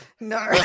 No